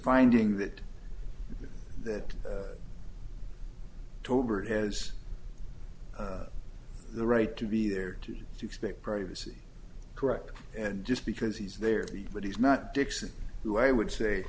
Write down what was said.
doing that that tolbert has the right to be there to expect privacy correct and just because he's there but he's not dixon who i would say